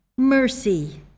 Mercy